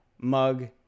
mug